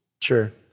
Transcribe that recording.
Sure